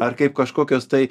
ar kaip kažkokios tai